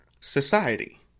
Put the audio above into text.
society